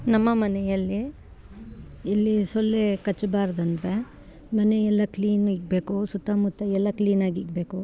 ನಮ್ಮ ಮನೆಯಲ್ಲಿ ಇಲ್ಲಿ ಸೊಳ್ಳೆ ಕಚ್ಬಾರ್ದು ಅಂದ್ರೆ ಮನೆಯೆಲ್ಲ ಕ್ಲೀನ್ ಇಡ್ಬೇಕು ಸುತ್ತಮುತ್ತ ಎಲ್ಲ ಕ್ಲೀನಾಗಿ ಇಡ್ಬೇಕು